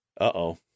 Uh-oh